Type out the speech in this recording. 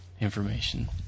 information